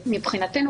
מבחינתנו,